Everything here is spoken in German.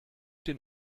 den